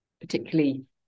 particularly